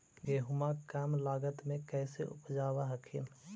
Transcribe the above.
गेहुमा कम लागत मे कैसे उपजाब हखिन?